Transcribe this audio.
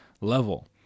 level